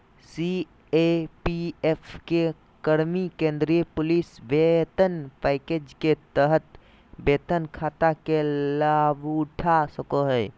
CAPF के कर्मि केंद्रीय पुलिस वेतन पैकेज के तहत वेतन खाता के लाभउठा सको हइ